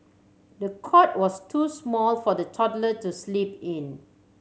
the cot was too small for the toddler to sleep in